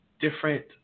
different